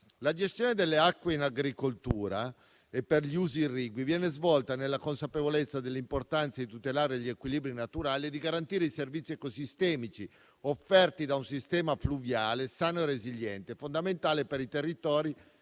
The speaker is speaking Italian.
La gestione delle acque in agricoltura e per gli usi irrigui viene svolta nella consapevolezza dell'importanza di tutelare gli equilibri naturali e di garantire i servizi ecosistemici offerti da un sistema fluviale sano e resiliente, fondamentale per i territori